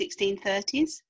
1630s